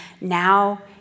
Now